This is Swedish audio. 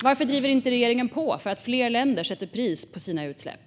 Varför driver inte regeringen på för att fler länder ska sätta pris på sina utsläpp?